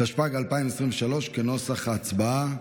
כנוסח הוועדה.